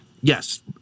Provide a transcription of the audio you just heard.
yes